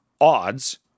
odds